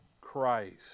Christ